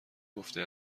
گفته